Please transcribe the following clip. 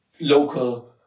local